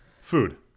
food